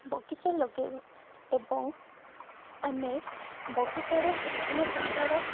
ବଗିଚା ଲଗେଇବା ଏବଂ ଆମେ ବଗିଚାରେ ବିଭିନ୍ନ ପ୍ରକାର